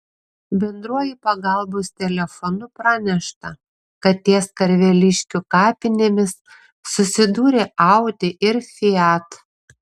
bendruoju pagalbos telefonu pranešta kad ties karveliškių kapinėmis susidūrė audi ir fiat